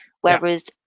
whereas